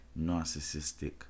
narcissistic